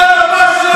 האחים המוסלמים,